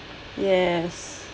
yes